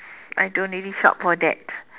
I don't really shop for that